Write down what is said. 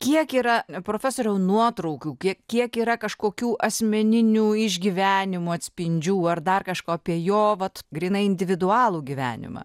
kiek yra profesoriau nuotraukų kiek kiek yra kažkokių asmeninių išgyvenimų atspindžių ar dar kažko apie jo vat grynai individualų gyvenimą